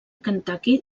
kentucky